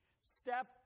Step